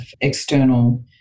external